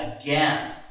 again